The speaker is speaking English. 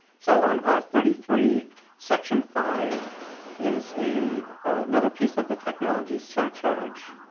so on r thirty three section five is a another piece of the technology surcharge.